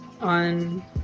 on